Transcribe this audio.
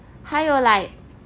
还有 like